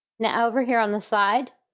now over here on the side